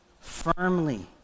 firmly